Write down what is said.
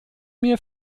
mir